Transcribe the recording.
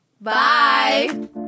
Bye